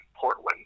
Portland